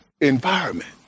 environment